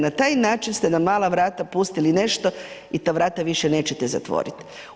Na taj način ste na mala vrata pustili nešto i ta vrata više nećete zatvoriti.